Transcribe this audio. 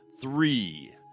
three